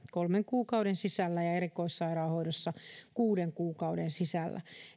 kolmen kuukauden sisällä ja erikoissairaanhoidossa kuuden kuukauden sisällä